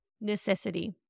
necessity